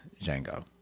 Django